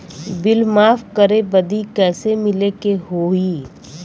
Bill माफ करे बदी कैसे मिले के होई?